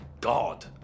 God